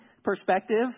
perspective